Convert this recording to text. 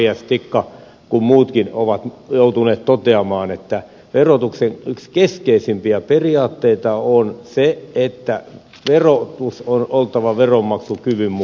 tikka kuin muutkin ovat joutuneet toteamaan että verotuksen yksi keskeisimpiä periaatteita on se että verotuksen on oltava veronmaksukyvyn mukainen